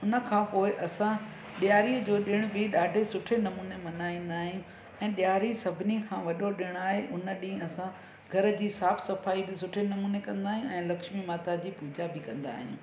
हुन खां पोइ असां ॾियारीअ जो ॾिण बि ॾाढे सुठे नमूने मल्हाईंदा आहियूं ऐं ॾियारी सभिनी खां वॾो ॾिणु आहे हुन ॾींहुं असां घर जी साफ़ु सफ़ाई बि सुठे नमूने कंदा आहियूं ऐं लक्ष्मी माता जी पूॼा बि कंदा आहियूं